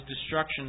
destruction